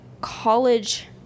college